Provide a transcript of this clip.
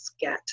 get